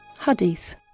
Hadith